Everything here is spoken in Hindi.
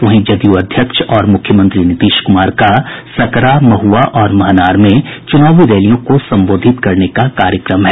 वहीं जदयू अध्यक्ष और मुख्यमंत्री नीतीश कुमार का सकरा महुआ और महनार में चुनावी रैलियों को संबोधित करने का कार्यक्रम है